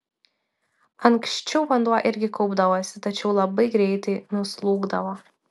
anksčiau vanduo irgi kaupdavosi tačiau labai greitai nuslūgdavo